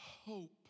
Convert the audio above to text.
hope